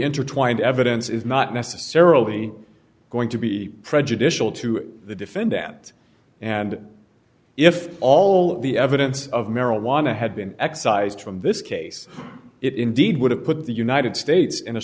intertwined evidence is not necessarily going to be prejudicial to the defendant and if all the evidence of marijuana had been excised from this case it indeed would have put the united states in a